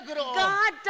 God